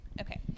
okay